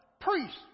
Priests